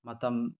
ꯃꯇꯝ